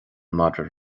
madra